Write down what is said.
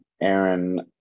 Aaron